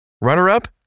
Runner-up